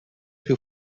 più